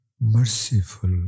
merciful